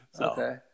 Okay